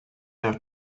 have